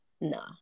Nah